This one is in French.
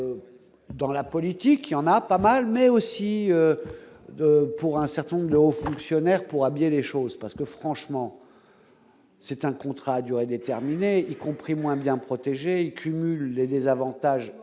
dans la politique, il y en a pas mal, mais aussi pour un certain nombre de hauts fonctionnaires pour habiller les choses parce que franchement. C'est un contrat à durée déterminée, y compris moins bien protégés cumule les désavantages